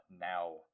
now